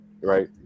right